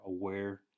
aware